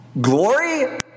glory